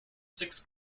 six